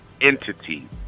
entity